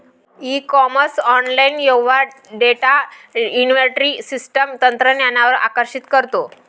E commerce online व्यवहार data inventory system तंत्रज्ञानावर आकर्षित करतो